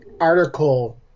article